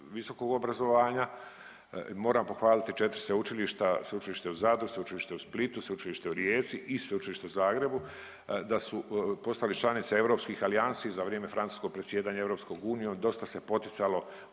visokog obrazovanja. Moram pohvaliti 4 sveučilišta, Sveučilište u Zadru, Sveučilište u Splitu, Sveučilište u Rijeci i Sveučilište u Zagrebu da su postali članice europskih alijansi za vrijeme francuskog predsjedanja EU. Dosta se poticalo